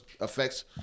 affects